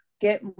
get